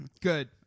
Good